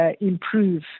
improve